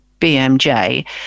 BMJ